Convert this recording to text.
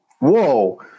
Whoa